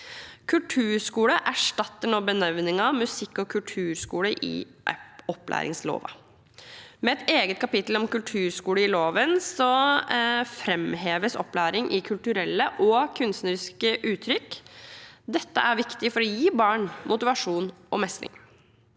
Kulturskole erstatter nå benevningen musikk- og kulturskoler i opplæringsloven. Med et eget kapittel om kulturskolen i loven framheves opplæring i kulturelle og kunstneriske uttrykk. Dette er viktig for å gi barn motivasjon og mestring.